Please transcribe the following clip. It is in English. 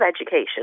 education